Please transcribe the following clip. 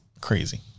crazy